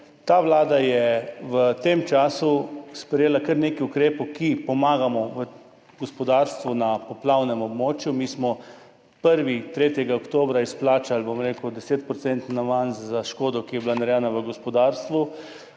ta vlada je v tem času sprejela kar nekaj ukrepov, s katerimi pomagamo gospodarstvu na poplavnem območju. Mi smo prvi 3. oktobra izplačali, bom rekel, 10-procentni avans za škodo, ki je bila narejena v gospodarstvu.